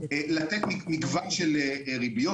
לתת מגוון של ריביות.